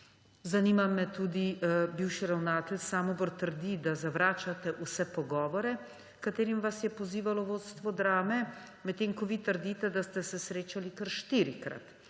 nemoteno? Bivši ravnatelj Samobor trdi, da zavračate vse pogovore, h katerim vas je pozivalo vodstvo Drame, medtem ko vi trdite, da ste se srečali kar štirikrat.